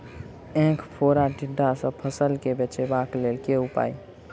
ऐंख फोड़ा टिड्डा सँ फसल केँ बचेबाक लेल केँ उपाय?